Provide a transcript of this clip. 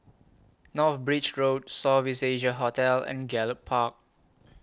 North Bridge Road South East Asia Hotel and Gallop Park